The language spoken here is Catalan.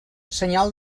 senyal